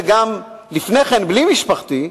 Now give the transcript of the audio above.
וגם לפני כן בלי משפחתי,